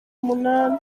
umunani